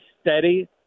steady